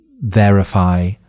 verify